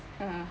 (uh huh)